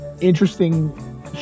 interesting